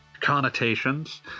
connotations